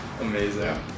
Amazing